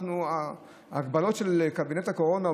ההגבלות של קבינט הקורונה,